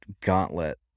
gauntlet